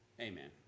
amen